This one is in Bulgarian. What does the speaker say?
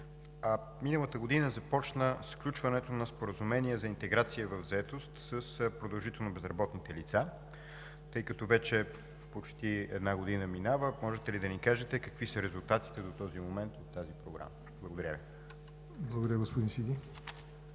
Миналата година започна сключването на Споразумение за интеграция в заетост с продължително безработните лица. Тъй като вече една година минава, можете ли да ни кажете какви са резултатите до момента от тази програма? Благодаря Ви. ПРЕДСЕДАТЕЛ ЯВОР